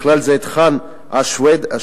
בכלל זה חאן א-שווארדה,